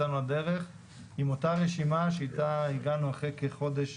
עם אותה רשימה שאיתה הגענו אחרי כחודש